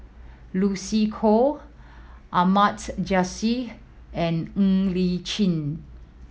Lucy Koh Ahmad Jais and Ng Li Chin